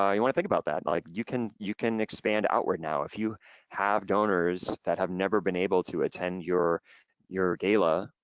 ah you wanna think about that, and like you can you can expand outward now. if you have donors that have never been able to attend your your gala,